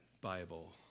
Bible